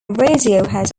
radiohead